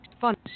fun